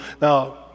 Now